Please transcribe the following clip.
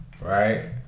Right